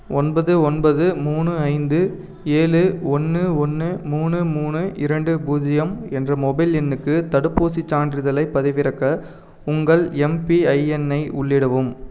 ஒன்பது ஒன்பது மூணு ஐந்து ஏழு ஒன்று ஒன்று மூணு மூணு இரண்டு பூஜ்ஜியம் என்ற மொபைல் எண்ணுக்கு தடுப்பூசிச் சான்றிதழைப் பதிவிறக்க உங்கள் எம்பிஐஎன்ஐ உள்ளிடவும்